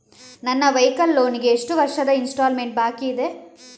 ನನ್ನ vehicle loan ಗೆ ಎಷ್ಟು ವರ್ಷದ ಇನ್ಸ್ಟಾಲ್ಮೆಂಟ್ ಬಾಕಿ ಇದೆ?